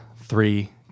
three